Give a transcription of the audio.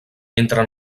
entre